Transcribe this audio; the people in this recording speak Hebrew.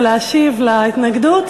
או להשיב על ההתנגדות.